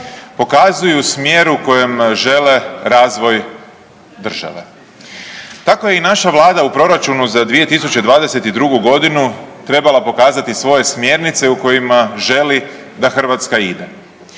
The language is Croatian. Pokazuju smjer u kojem žele razvoj države. Takva je i naša Vlada u Proračunu za 2022. g. trebala pokazati svoje smjernice u kojima želi da Hrvatska ide.